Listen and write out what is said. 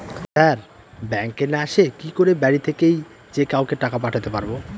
Sir ব্যাঙ্কে না এসে কি করে বাড়ি থেকেই যে কাউকে টাকা পাঠাতে পারবো?